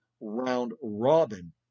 round-robin